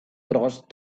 crossed